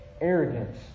Arrogance